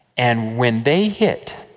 and when they hit,